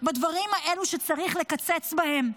בדברים האלה שצריך לקצץ בהם.